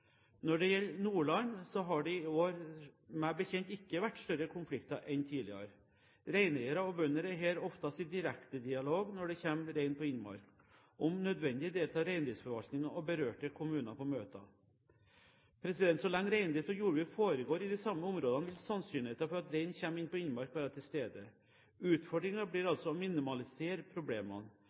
Når det gjelder Nordland, har det i år meg bekjent ikke vært større konflikter enn tidligere. Reineiere og bønder er her oftest i direkte dialog når det kommer rein på innmark. Om nødvendig deltar reindriftsforvaltningen og berørte kommuner på møter. Så lenge reindrift og jordbruk foregår i de samme områdene, vil sannsynligheten for at rein kommer inn på innmark være til stede. Utfordringen blir å minimalisere problemene.